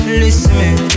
listen